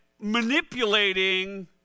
manipulating